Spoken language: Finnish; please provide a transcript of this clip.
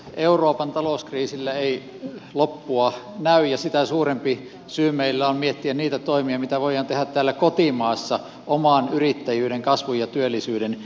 euroopan talouskriisille ei loppua näy ja sitä suurempi syy meillä on miettiä niitä toimia mitä voidaan tehdä täällä kotimaassa oman yrittäjyyden kasvun ja työllisyyden eteen